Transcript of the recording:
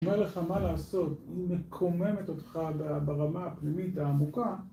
אומר לך מה לעשות, היא מקוממת אותך ברמה הפנימית העמוקה